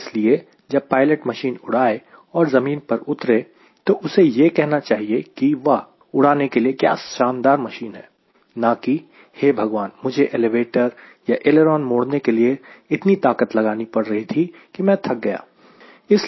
इसलिए जब pilot machine उड़ाए और ज़मीन पर उतरे तो उसे यह कहना चाहिए कि वाह उड़ाने के लिए क्या शानदार मशीन है ना की हे भगवान मुझे एलिवेटर या ऐलेरोन मोड़ने के लिए इतनी ताकत लगानी पड़ रही है कि मैं थक जा रहा हूं